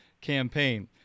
campaign